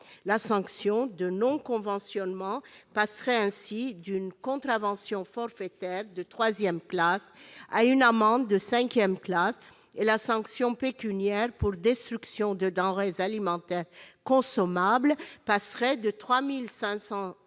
absence de conventionnement passerait d'une contravention forfaitaire de troisième classe à une amende de cinquième classe, et la sanction pécuniaire pour destruction de denrées alimentaires consommables serait portée de 3 750 euros